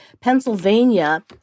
Pennsylvania